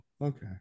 okay